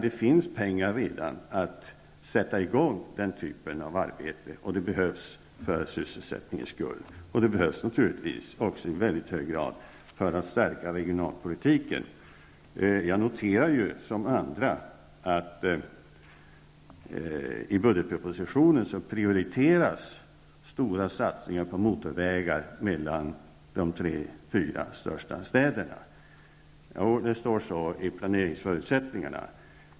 Det finns redan pengar att sätta i gång den typen av arbete, och det behövs för sysselsättningens skull. Det behövs naturligtvis också i väldigt hög grad för att stärka regionalpolitiken. Jag noterar som andra att i budgetpropositionen prioriteras stora satsningar på motorvägar mellan de tre fyra största städerna. Det står så i planeringsförutsättningarna.